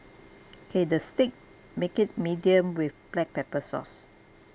okay the steak make it medium with black pepper sauce